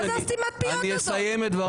אני אסיים את דבריי.